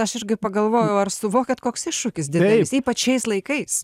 aš irgi pagalvojau ar suvokiat koks iššūkis didelis ypač šiais laikais